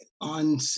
on